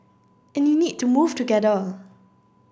and you need to move together